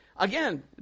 Again